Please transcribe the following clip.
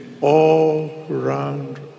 all-round